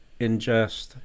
ingest